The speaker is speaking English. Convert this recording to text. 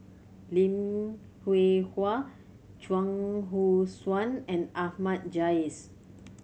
Lim Hwee Hua Chuang Hui Tsuan and Ahmad Jais